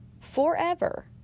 forever